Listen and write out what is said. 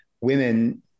women